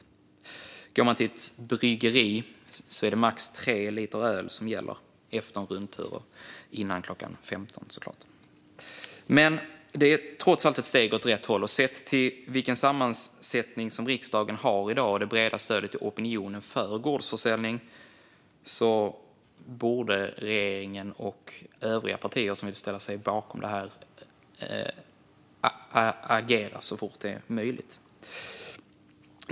Går man till ett bryggeri får man köpa max tre liter öl, efter att ha gått en rundtur och före klockan 15, såklart. Det är dock ett steg åt rätt håll, trots allt. Och sett till den sammansättning riksdagen har i dag och det breda stödet i opinionen för gårdsförsäljning borde regeringen och övriga partier som vill ställa sig bakom detta agera så fort det är möjligt.